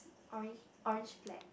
orange orange flats